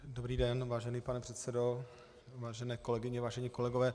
Dobrý den, vážený pane předsedo, vážené kolegyně, vážení kolegové.